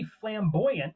flamboyant